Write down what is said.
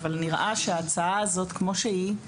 אבל נראה שההצעה הזאת כמו שהיא,